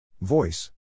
Voice